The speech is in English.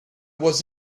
was